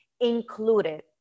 included